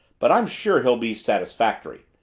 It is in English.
but i'm sure he'll be satisfactory.